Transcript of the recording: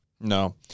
No